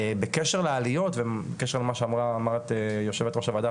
בקשר לעליות ובקשר למה שאמרת יושבת ראש הוועדה,